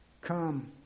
Come